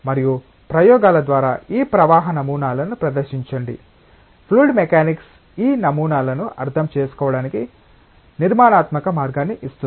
మరియు ప్రయోగాల ద్వారా ఈ ప్రవాహ నమూనాలను ప్రదర్శించండి ఫ్లూయిడ్ మెకానిక్స్ ఈ నమూనాలను అర్థం చేసుకోవడానికి నిర్మాణాత్మక మార్గాన్ని ఇస్తుంది